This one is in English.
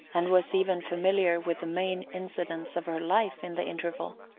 and was even familiar with the main incidents of her life in the interval.